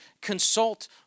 consult